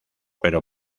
pero